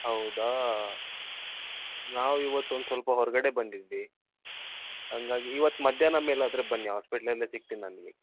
ಹೌದಾ ನಾವು ಇವತ್ತು ಒಂದು ಸ್ವಲ್ಪ ಹೊರಗಡೆ ಬಂದಿದ್ವಿ ಹಾಗಾಗಿ ಇವತ್ತು ಮಧ್ಯಾಹ್ನದ ಮೇಲೆ ಆದರೆ ಬನ್ನಿ ಹಾಸ್ಪೆಟ್ಲಲ್ಲೆ ಸಿಗ್ತೀನಿ ನಾನು ನಿಮಗೆ